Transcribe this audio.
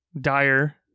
dire